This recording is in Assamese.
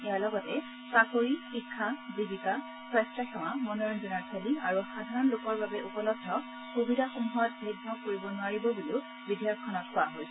ইয়াৰ লগতে চাকৰি শিক্ষা জীৱিকা স্বাম্য সেৱা মনোৰঞ্জনৰ থলী আৰু সাধাৰণ লোকৰ বাবে উপলব্ধ সুবিধাসমূহত ভেদ ভাৱ কৰিব নোৱাৰিব বুলিও বিধেয়কখনত কোৱা হৈছে